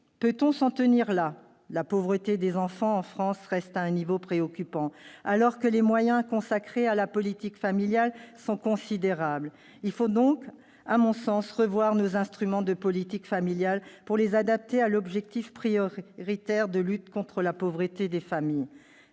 peut-on s'en tenir là ? La pauvreté des enfants en France reste à un niveau préoccupant, alors que les moyens consacrés à la politique familiale sont considérables. Il faut donc, à mon sens, revoir nos instruments de politique familiale pour les adapter à l'objectif prioritaire de lutte contre la pauvreté des familles.